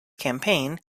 campaign